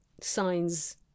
signs